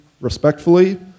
respectfully